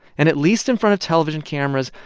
and at least in front of television cameras,